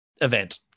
event